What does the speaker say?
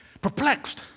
perplexed